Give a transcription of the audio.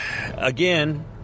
again